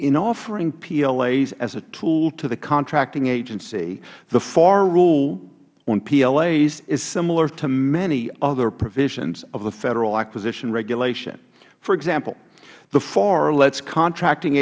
in offering plas as a tool to the contracting agency the far rule on plas is similar to many other provisions of the federal acquisition regulation for example the far lets contracting